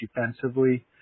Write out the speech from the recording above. defensively